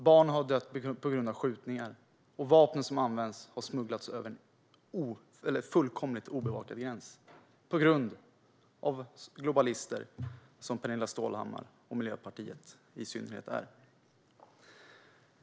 Barn har dött på grund av skjutningar, och vapnen som använts har smugglats över en fullkomligt obevakad gräns på grund av globalister, som Pernilla Stålhammar och Miljöpartiet i synnerhet är.